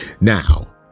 Now